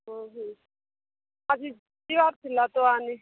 ହଁ ହୁଁ ଆଜି ଝିଅ ପିଲା ତ ଆଣିସି